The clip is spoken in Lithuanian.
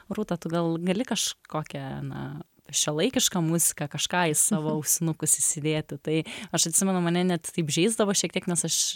rūta tu gal gali kažkokią na šiuolaikišką muziką kažką į savo ausinukus įsidėti tai aš atsimenu mane net taip žeisdavo šiek tiek nes aš